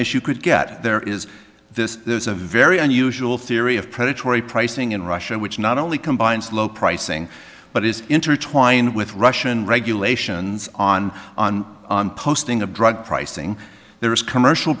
issue could get there is this there's a very unusual theory of predatory pricing in russia which not only combines low pricing but is intertwined with russian regulations on on posting of drug pricing there is commercial